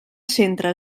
centre